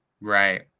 Right